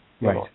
Right